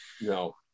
no